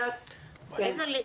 --- עפרה,